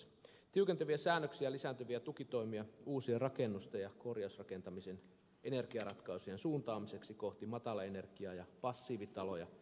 esitämme tiukentavia säännöksiä ja lisääntyviä tukitoimia uusien rakennusten ja korjausrakentamisen energiaratkaisujen suuntaamiseksi kohti matalaenergia ja passiivitaloja